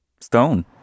stone